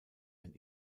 ein